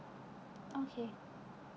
okay